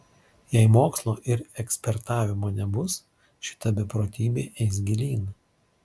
jei mokslo ir ekspertavimo nebus šita beprotybė eis gilyn